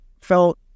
felt